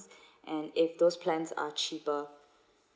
and if those plans are cheaper